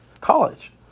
college